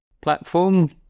platform